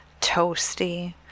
Toasty